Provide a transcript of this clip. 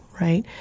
right